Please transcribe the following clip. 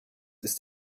ist